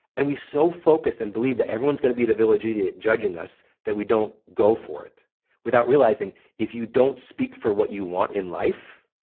and we so focus and believe that everyone's going to be the village idiot judging us that we don't go for it without realizing if you don't speak for what you want in life,